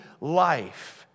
life